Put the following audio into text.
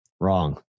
wrong